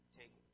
take